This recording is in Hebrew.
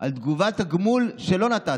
על תגובת הגמול שלא נתתם,